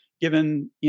given